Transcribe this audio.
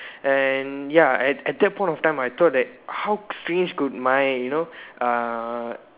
and ya at at that point of time I thought that how strange could mine you know uh